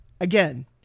Again